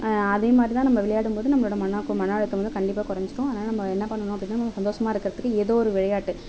அதே மாதிரி தான் நம்ம விளையாடும் போது நம்மளோட மன மன அழுத்தம் வந்து கண்டிப்பாக குறைஞ்சிடும் அதனால நம்ம என்ன பண்ணணும் அப்படின்னா சந்தோஷமாக இருக்கிறதுக்கு ஏதோ ஒரு விளையாட்டு